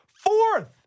Fourth